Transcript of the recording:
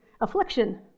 affliction